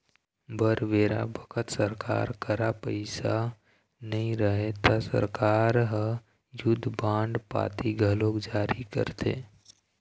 बर बेरा बखत सरकार करा पइसा नई रहय ता सरकार ह युद्ध बांड पाती घलोक जारी करथे